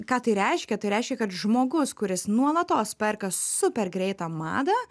ką tai reiškia tai reiškia kad žmogus kuris nuolatos perka super greitą madą